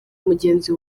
mugenzi